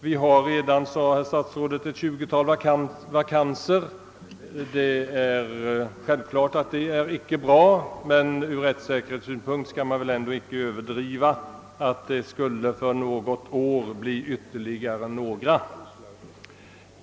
Vi har, sade statsrådet, för närvarande ett tjugotal vikarier. Det är naturligtvis inte bra, men man bör inte överdriva betydelsen från rättssäkerhetssynpunkt av om det något år blir ytterligare några.